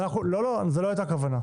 לא, לא, זאת לא הייתה הכוונה.